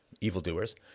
evildoers